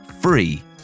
free